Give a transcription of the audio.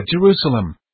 Jerusalem